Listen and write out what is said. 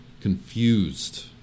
confused